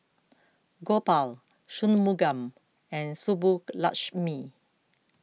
Gopal Shunmugam and Subbulakshmi